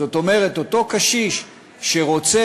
זאת אומרת, אותו קשיש שרוצה